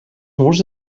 murs